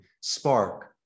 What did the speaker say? spark